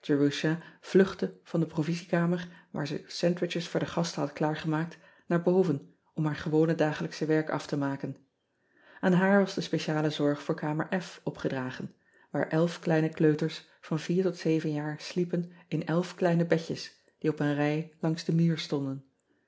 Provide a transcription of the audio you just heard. erusha vluchtte van de provisiekamer waar zij sandwiches voor de gasten had klaargemaakt naar boven om haar gewone dagelijksche werk af te maken an haar was de speciale zorg voor amer opgedragen waar elf kleine kleuters van vier tot zeven jaar sliepen in elf kleine bedjes die op een rij langs den muur stonden